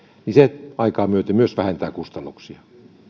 niin se aikaa myöten myös vähentää kustannuksia